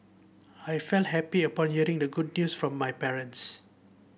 I felt happy upon hearing the good news from my parents